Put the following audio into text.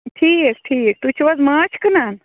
ٹھیٖک ٹھیٖک تُہۍ چھُو حظ مانٛچھ کٕنان